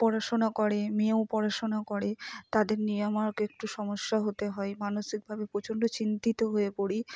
পড়াশোনা করে মেয়েও পড়াশোনা করে তাদের নিয়ে আমাকে একটু সমস্যা হতে হয় মানসিকভাবে প্রচন্ড চিন্তিত হয়ে পড়ি